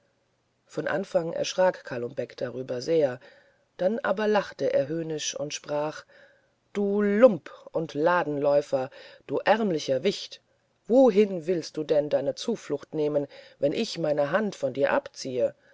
von anfang erschrak kalum beck hierüber sehr dann aber lachte er höhnisch und sprach du lump und landläufer du ärmlicher wicht wohin willst du denn deine zuflucht nehmen wenn ich meine hand von dir abziehe